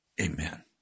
Amen